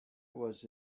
was